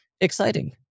exciting